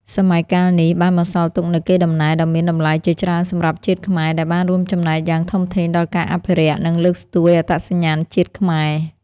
សម័យកាលនេះបានបន្សល់ទុកនូវកេរដំណែលដ៏មានតម្លៃជាច្រើនសម្រាប់ជាតិខ្មែរ ដែលបានរួមចំណែកយ៉ាងធំធេងដល់ការអភិរក្ស និងលើកស្ទួយអត្តសញ្ញាណជាតិខ្មែរ។